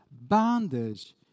bondage